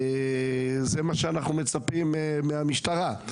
זה מה שאנחנו מצפים מהמשטרה.